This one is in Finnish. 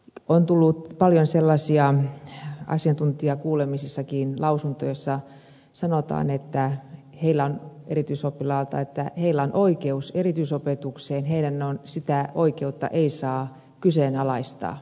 on tullut asiantuntijakuulemisessakin paljon sellaisia lausuntoja joissa sanotaan että erityisoppilailla on oikeus erityisopetukseen sitä oikeutta ei saa kyseenalaistaa